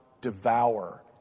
devour